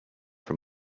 from